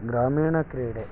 ಗ್ರಾಮೀಣ ಕ್ರೀಡೆ